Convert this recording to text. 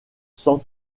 sans